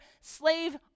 slave